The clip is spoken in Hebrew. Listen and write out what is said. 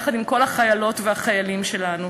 יחד עם כל החיילות והחיילים שלנו.